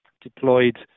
deployed